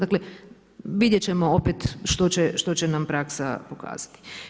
Dakle, vidjeti ćemo opet što će nam praksa pokazati.